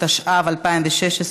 התשע"ו 2016,